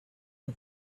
for